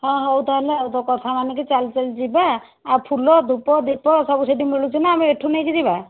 ହଁ ହେଉ ତା'ହେଲେ ଆଉ ତୋ କଥା ମାନିକି ଚାଲି ଚାଲି ଯିବା ଆଉ ଫୁଲ ଧୂପ ଦୀପ ସବୁ ସେଠି ମିଳୁଛି ନା ଆମେ ଏଠୁ ନେଇକି ଯିବା